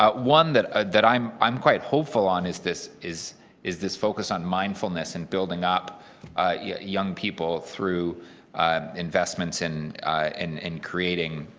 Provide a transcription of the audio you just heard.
one that that i'm i'm quite hopeful on is this is is this focus on mindfulness and building up yeah young people through investments and and and creating